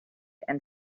and